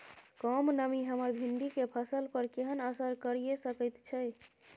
कम नमी हमर भिंडी के फसल पर केहन असर करिये सकेत छै?